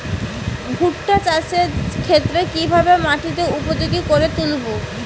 ভুট্টা চাষের ক্ষেত্রে কিভাবে মাটিকে উপযোগী করে তুলবো?